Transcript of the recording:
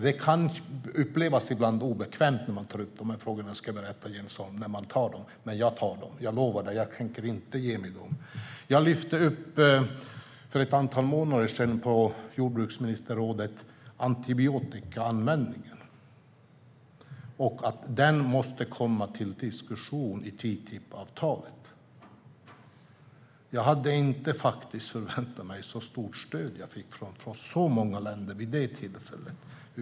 Det kan ibland upplevas obekvämt att ta upp de här frågorna, ska jag berätta för Jens Holm, men jag tar dem. Jag lovar att jag inte tänker ge mig. För ett antal månader sedan lyfte jag på jordbruksministerrådet upp antibiotikaanvändningen och att den måste komma upp till diskussion i TTIP-avtalet. Jag hade faktiskt inte förväntat mig så stort stöd som jag fick från så många länder vid det tillfället.